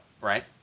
right